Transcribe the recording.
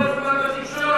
כל הזמן בתקשורת,